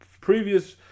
previous